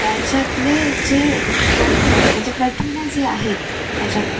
त्याच्यातले जे प्रोटीन्स म्हणजे प्रथिनं जे आहेत त्याच्यात